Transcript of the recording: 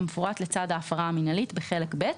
כמפורט לצד ההפרה המינהלית בחלק ב'.